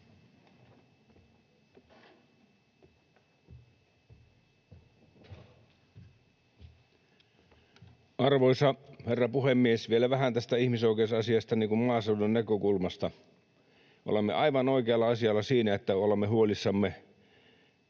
Arvoisa herra puhemies! Vielä vähän tästä ihmisoikeusasiasta maaseudun näkökulmasta. Olemme aivan oikealla asialla siinä, että olemme huolissamme